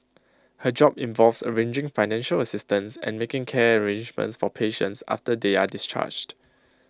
her job involves arranging financial assistance and making care arrangements for patients after they are discharged